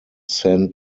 sent